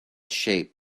shape